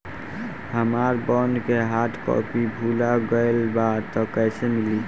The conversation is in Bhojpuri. हमार बॉन्ड के हार्ड कॉपी भुला गएलबा त कैसे मिली?